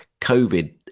COVID